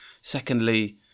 secondly